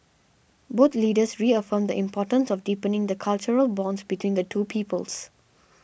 both Leaders reaffirmed the importance of deepening the cultural bonds between the two peoples